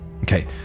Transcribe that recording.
Okay